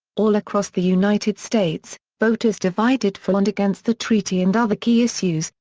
all across the united states, voters divided for and against the treaty and other key issues,